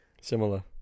Similar